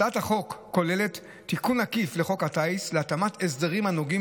הצעת החוק כוללת תיקון עקיף לחוק הטיס להתאמת ההסדרים הנוגעים